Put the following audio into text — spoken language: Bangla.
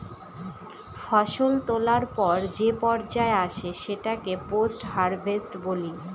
ফসল তোলার পর যে পর্যায় আসে সেটাকে পোস্ট হারভেস্ট বলি